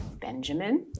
Benjamin